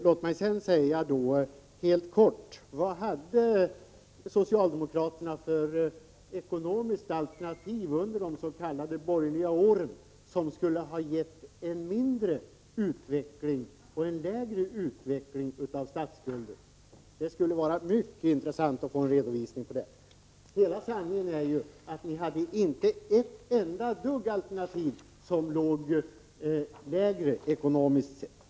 Låt mig sedan helt kortfattat fråga: Vad hade socialdemokraterna för ekonomiskt alternativ under de s.k. borgerliga åren som skulle ha gett en lägre ökningstakt av statsskulden? Det skulle vara mycket intressant att få en redovisning av detta. Hela sanningen är ju att ni inte hade ett enda alternativ som skulle ha resulterat i en lägre statsskuld.